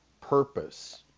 purpose